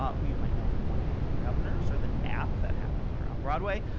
ah who you might know from one man, two governors or the nap that happened here on broadway.